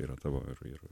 yra tavo ir ir